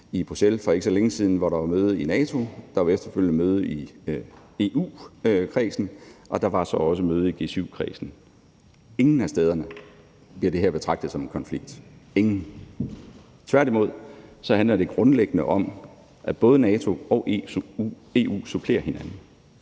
i Bruxelles for ikke så længe siden, hvor der var møde i NATO. Der var efterfølgende møde i EU-kredsen, og der var så også møde i G7-kredsen, og ingen – ingen – af stederne bliver det her betragtet som en konflikt. Tværtimod handler det grundlæggende om, at både NATO og EU supplerer hinanden.